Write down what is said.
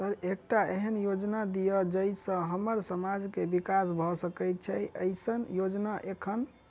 Sir एकटा एहन योजना दिय जै सऽ हम्मर समाज मे विकास भऽ सकै छैय एईसन योजना एखन?